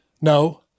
No